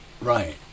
Right